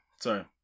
Sorry